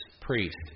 priest